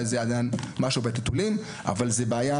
זה אולי רק ההתחלה של הנושא אבל זו בעיה